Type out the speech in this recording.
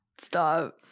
Stop